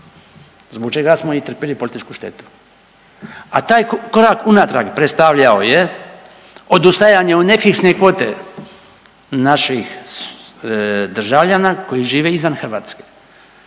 zbog čega smo i trpili političku štetu, a taj korak unatrag predstavljao je odustajanje od nefiksne kvote naših državljana koji žive izvan Hrvatske.